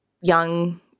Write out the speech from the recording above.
young